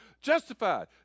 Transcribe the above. Justified